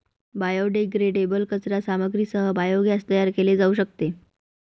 biodegradable कचरा सामग्रीसह biogas तयार केले जाऊ शकते